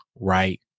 right